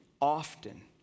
often